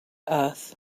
earth